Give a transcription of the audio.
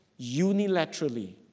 unilaterally